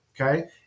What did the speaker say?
okay